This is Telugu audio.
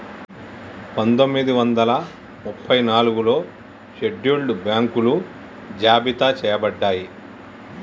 పందొమ్మిది వందల ముప్పై నాలుగులో షెడ్యూల్డ్ బ్యాంకులు జాబితా చెయ్యబడ్డయ్